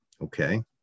okay